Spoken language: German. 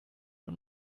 und